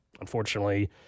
unfortunately